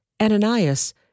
Ananias